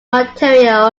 material